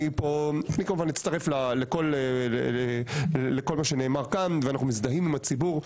אני כמובן מצטרף לכול מה שנאמר כאן ואנחנו מזדהים עם הציבור,